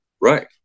Right